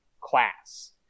class